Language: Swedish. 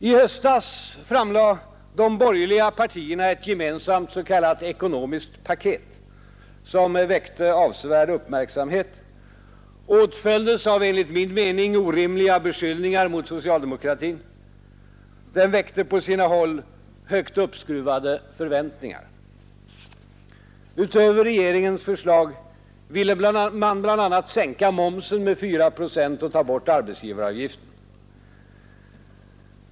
I höstas framlade de borgerliga partierna ett gemensamt s.k. ekonomiskt paket, som väckte avsevärd uppmärksamhet och åtföljdes av, enligt min mening, orimliga beskyllningar mot socialdemokratin. Det väckte på sina håll högt uppskruvade förväntningar. Utöver regeringens förslag ville man bl.a. sänka momsen med 4 procent och ta bort arbetsgivaravgiften.